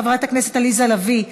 חברת הכנסת עליזה לביא,